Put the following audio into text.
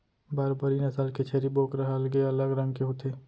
बारबरी नसल के छेरी बोकरा ह अलगे अलग रंग के होथे